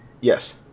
yes